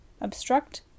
obstruct